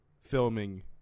filming